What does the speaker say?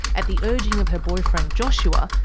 at the urging of her boyfriend joshua,